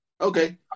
Okay